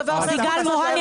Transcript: אין לך בושה?